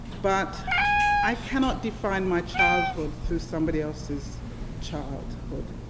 but i cannot define my childhood through somebody else's childhood.